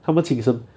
他们请什